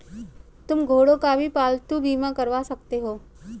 तुम घोड़ों का भी पालतू बीमा करवा सकते हो